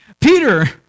Peter